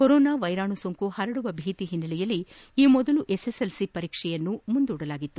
corona ವೈರಾಣು ಸೋಂಕು ಪರಡುವ ಭೀತಿ ಹಿನ್ನೆಲೆಯಲ್ಲಿ ಈ ಮೊದಲು ಎಸ್ಎಸ್ಎಲ್ಸಿ ಪರೀಕ್ಷೆಯನ್ನು ಮುಂದೂಡಲಾಗಿತ್ತು